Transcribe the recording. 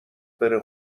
بره